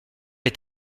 est